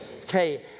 Okay